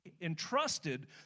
entrusted